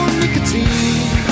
nicotine